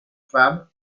femme